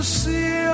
see